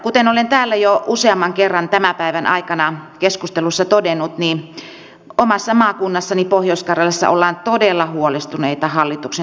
kuten olen täällä jo useamman kerran tämän päivän aikana keskustelussa todennut omassa maakunnassani pohjois karjalassa ollaan todella huolestuneita hallituksen suunnitelmista